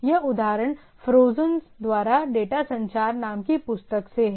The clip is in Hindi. यह उदाहरण फोरोजन द्वारा डेटा संचार नाम की पुस्तक से है